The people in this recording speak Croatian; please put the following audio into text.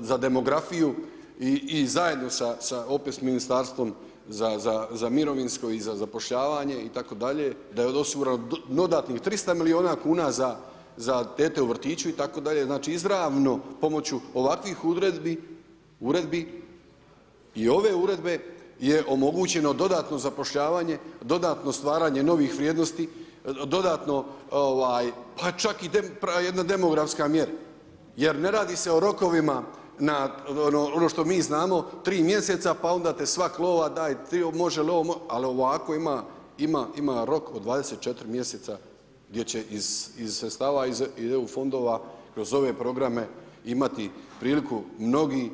za demografiju i zajedno opet sa Ministarstvom za mirovinsko i za zapošljavanje itd., da je osigurano dodatnih 300 milijuna kuna za tete u vrtiću itd., znači izravno pomoći ovakvih uredbi, i ove uredbe je omogućeno dodatno zapošljavanje, dodatno stvaranje novih vrijednosti, pa čak i jedna demografska mjera jer ne radi se o rokovima na ono što mi znamo, 3 mjeseca pa onda te svak lovi daj jel' može ovo, ono, ali ovako ima rok od 24 mjeseca gdje će iz sredstava iz EU fondova, kroz ove programe imati priliku mnogi.